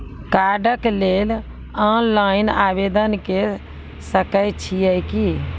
कार्डक लेल ऑनलाइन आवेदन के सकै छियै की?